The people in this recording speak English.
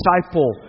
disciple